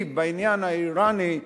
בעניין האירני,